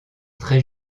très